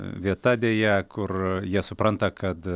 vieta deja kur jie supranta kad